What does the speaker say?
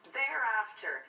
thereafter